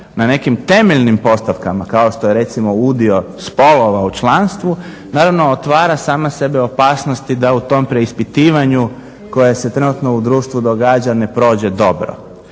na nekim temeljnim postavkama kao što je recimo udio spolova u članstvu naravno otvara sama sebe opasnosti da u tom preispitivanju koje se trenutno u društvu događa ne prođe dobro.